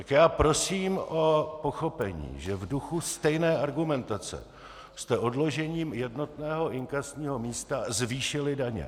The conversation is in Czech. Tak já prosím o pochopení, že v duchu stejné argumentace jste odložením jednotného inkasního místa zvýšili daně.